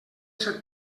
ser